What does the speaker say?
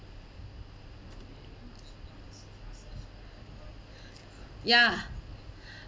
ya